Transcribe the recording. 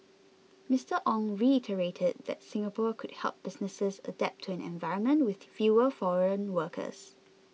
Mister Ong reiterated that Singapore could help businesses adapt to an environment with fewer foreign workers